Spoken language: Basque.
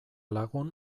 lagun